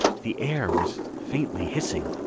the air was faintly hissing.